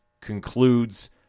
concludes